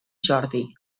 jordi